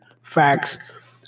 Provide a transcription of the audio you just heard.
facts